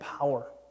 power